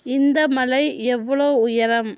இந்த மலை எவ்வளோ உயரம்